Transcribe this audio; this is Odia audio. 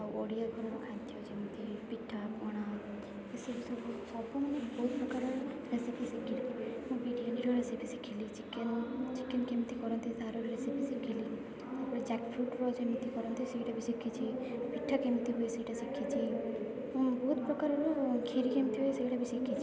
ଆଉ ଓଡ଼ିଆ ଘରର ଖାଦ୍ୟ ଯେମିତି ପିଠା ପଣା ଏ ସବ ସବୁ ସବୁ ମାନେ ବହୁତ ପ୍ରକାରର ରେସିପି ଶିଖିଲି ମୁଁ ବିରିୟାନୀର ରେସିପି ଶିଖିଲି ଚିକେନ୍ ଚିକେନ୍ କେମିତି କରନ୍ତି ତାହାର ବି ରେସିପି ଶିଖିଲି ତା'ପରେ ଜ୍ୟାକ୍ ଫ୍ରୁଟ୍ର ଯେମିତି କରନ୍ତି ସେଟା ବି ଶିଖିଛି ପିଠା କେମିତି ହୁଏ ସେଟା ଶିଖିଛି ମୁଁ ବହୁତ ପ୍ରକାରର କ୍ଷିରି କେମିତି ହୁଏ ସେଟା ବି ଶିଖିଛି